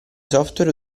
software